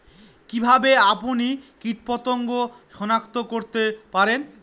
কিভাবে আপনি কীটপতঙ্গ সনাক্ত করতে পারেন?